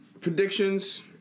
Predictions